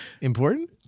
Important